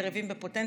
יריבים בפוטנציה,